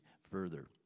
further